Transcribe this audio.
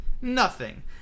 Nothing